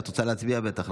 את רוצה להצביע בטח,